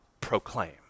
proclaim